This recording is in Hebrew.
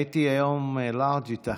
הייתי היום לארג' איתך.